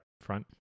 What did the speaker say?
front